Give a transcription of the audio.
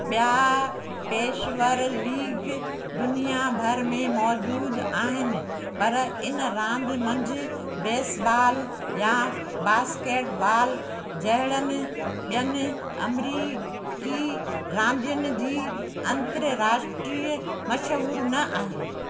ॿिया पेशवर लीग दुनिया भर में मौजूदु आहिनि पर इन रांदि मंझि बेसबॉल या बास्केटबॉल जहिड़नि ॿियनि अमरीकी रांदियुनि जी अंतरराष्ट्रीय मशहूरु न आहे